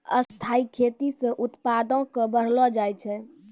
स्थाइ खेती से उत्पादो क बढ़लो जाय छै